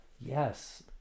Yes